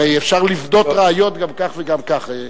הרי אפשר לבדות ראיות גם כך וגם כך.